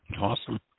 Awesome